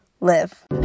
live